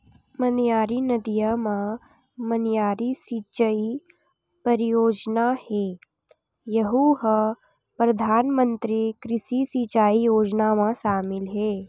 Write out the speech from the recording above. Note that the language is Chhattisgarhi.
मनियारी नदिया म मनियारी सिचई परियोजना हे यहूँ ह परधानमंतरी कृषि सिंचई योजना म सामिल हे